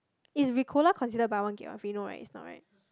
is Ricola considered buy one get one free no right it's not right